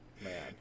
man